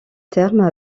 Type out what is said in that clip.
termes